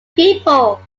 people